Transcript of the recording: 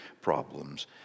problems